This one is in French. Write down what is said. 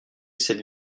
cette